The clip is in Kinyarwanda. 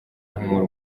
humura